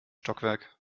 stockwerk